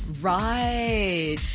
Right